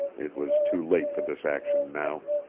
it was too late for this action now.